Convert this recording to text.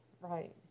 Right